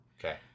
Okay